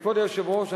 וכבוד היושב-ראש,